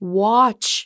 watch